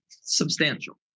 Substantial